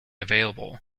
available